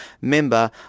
member